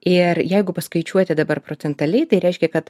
ir jeigu paskaičiuoti dabar procentaliai tai reiškia kad